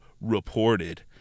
reported